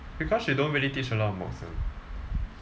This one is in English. because she don't really teach a lot of mods [one]